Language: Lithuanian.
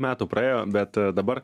metų praėjo bet dabar